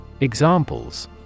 Examples